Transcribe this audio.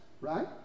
right